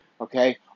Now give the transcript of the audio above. Okay